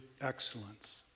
excellence